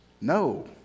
No